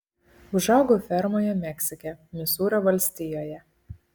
užaugau fermoje meksike misūrio valstijoje